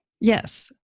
Yes